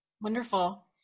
Wonderful